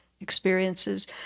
experiences